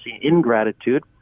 ingratitude